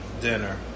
dinner